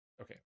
Okay